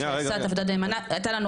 שעושה את עבודתה נאמנה,